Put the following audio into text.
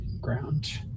ground